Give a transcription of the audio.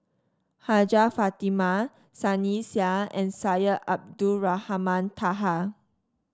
Hajjah Fatimah Sunny Sia and Syed Abdulrahman Taha